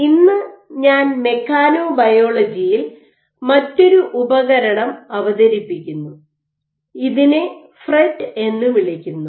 ഇന്ന് ഞാൻ മെക്കാനൊബയോളജിയിൽ മറ്റൊരു ഉപകരണം അവതരിപ്പിക്കുന്നു ഇതിനെ ഫ്രെറ്റ് എന്ന് വിളിക്കുന്നു